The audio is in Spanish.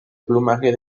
plumaje